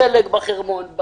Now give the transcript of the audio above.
בשלג בחרמון,